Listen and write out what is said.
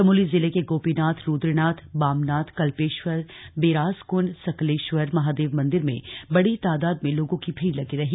चमोली जिले के गोपीनाथ रुद्रनाथ बामनाथ कल्पेशवर बेरासकुंड सकलेश्वर महादेव मंदिर में बड़ी तादाद में लोगों की भीड़ लगी रही